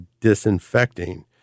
disinfecting